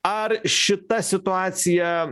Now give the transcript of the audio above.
ar šita situacija